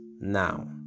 now